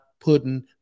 putting